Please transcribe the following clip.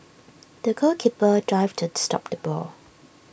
the goalkeeper dived to stop the ball